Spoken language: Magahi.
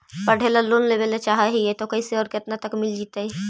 पढ़े ल लोन लेबे ल चाह ही त कैसे औ केतना तक मिल जितै?